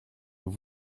vous